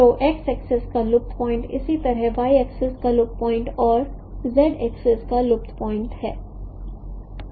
तो x axis का लुप्त पॉइंट इसी तरह y एक्सिस का लुप्त पॉइंट है और z एक्सिस का लुप्त पॉइंट है